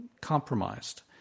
compromised